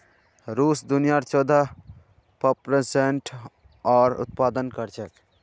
रूस दुनियार चौदह प्परसेंट जौर उत्पादन कर छेक